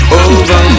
over